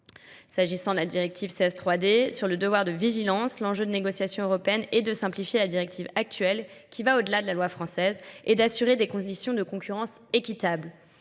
s'agissant de la directive CS3D sur le devoir de vigilance, l'enjeu de négociation européenne et de simplifier la directive actuelle qui va au-delà de la loi française et d'assurer des conditions de concurrence équitables.